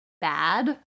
bad